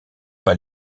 pas